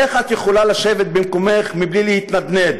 איך את יכולה לשבת במקומך בלי להתנדנד?